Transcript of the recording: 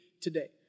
today